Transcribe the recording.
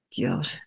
god